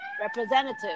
representative